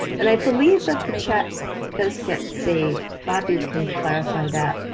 and i believe that the chat does get saved. bobbi can clarify that.